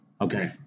Okay